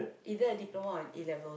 either a diploma or an A-levels